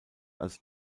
als